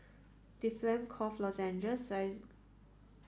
Difflam Cough Lozenges Xyzal